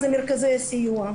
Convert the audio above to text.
זה מרכזי הסיוע.